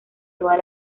todas